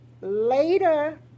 Later